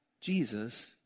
Jesus